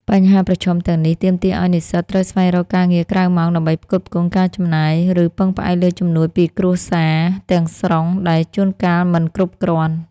បញ្ហាប្រឈមទាំងនេះទាមទារឲ្យនិស្សិតត្រូវស្វែងរកការងារក្រៅម៉ោងដើម្បីផ្គត់ផ្គង់ការចំណាយ ឬពឹងផ្អែកលើជំនួយពីគ្រួសារទាំងស្រុង ដែលជួនកាលមិនគ្រប់គ្រាន់។